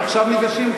עכשיו ניגשים,